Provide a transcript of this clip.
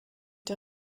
der